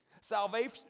salvation